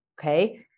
okay